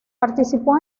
participó